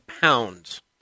pounds